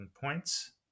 points